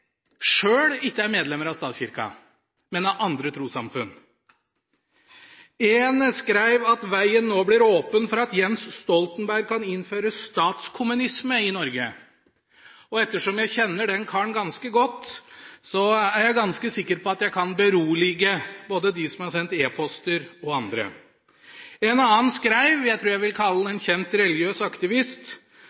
sjøl ikke er medlemmer av statskirka, men av andre trossamfunn. Én skreiv at veien nå blir åpen for at Jens Stoltenberg kan innføre statskommunisme i Norge. Ettersom jeg kjenner den karen ganske godt, er jeg ganske sikker på at jeg kan berolige både dem som har sendt e-poster, og andre. En annen – jeg tror jeg vil kalle han en kjent religiøs aktivist